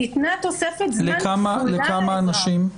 ניתנה תוספת זמן כפולה לאזרח.